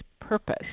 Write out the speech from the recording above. Purpose